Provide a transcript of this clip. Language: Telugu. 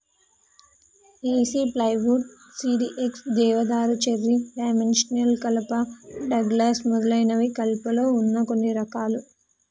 ఏసి ప్లైవుడ్, సిడీఎక్స్, దేవదారు, చెర్రీ, డైమెన్షియల్ కలప, డగ్లస్ మొదలైనవి కలపలో వున్న కొన్ని రకాలు